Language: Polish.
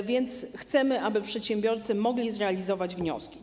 A więc chcemy, aby przedsiębiorcy mogli zrealizować te wnioski.